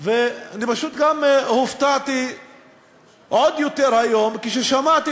ואני פשוט גם הופתעתי עוד יותר היום כששמעתי